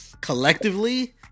Collectively